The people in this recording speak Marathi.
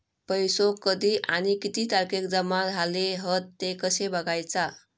पैसो कधी आणि किती तारखेक जमा झाले हत ते कशे बगायचा?